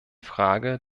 frage